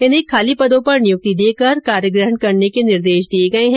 इन्हें खाली पदों पर नियुक्ति देकर कार्यग्रहण करने के निर्देश दिए हैं